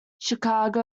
chicago